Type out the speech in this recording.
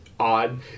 odd